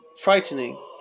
frightening